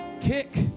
kick